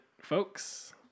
folks